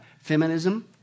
feminism